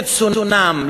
ברצונם,